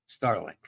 Starlink